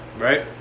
Right